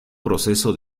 proceso